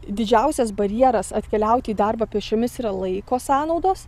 didžiausias barjeras atkeliauti į darbą pėsčiomis yra laiko sąnaudos